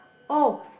oh